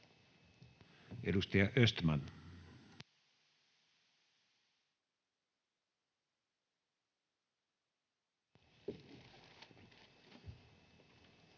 Edustaja Östman.